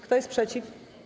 Kto jest przeciw?